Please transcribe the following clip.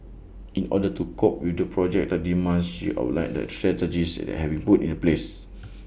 in order to cope with the projected demands she outlined the strategies that have been put in place